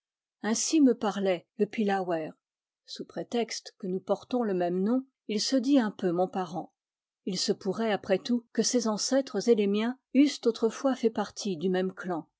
ainsi me parlait le pillawer sous prétexte que nous portons le même nom il se dit un peu mon parent il se pourrait après tout que ses ancêtres et les miens eussent autrefois fait partie du même clan